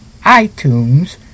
iTunes